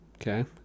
Okay